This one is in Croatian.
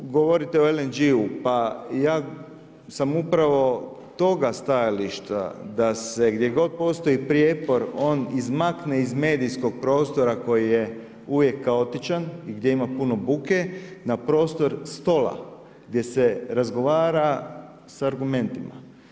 Govorite o LNG-u pa ja sam upravo toga stajališta da se gdje god postoji prijepor on izmakne iz medijskog prostora koji je uvijek kaotičan i gdje ima puno buke na prostor stola gdje se razgovara sa argumentima.